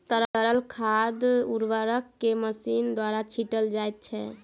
तरल खाद उर्वरक के मशीन द्वारा छीटल जाइत छै